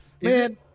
man